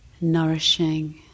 nourishing